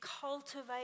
cultivate